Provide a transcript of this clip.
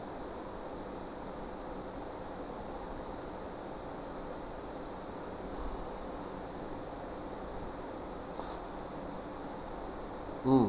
mm